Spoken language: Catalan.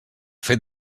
fet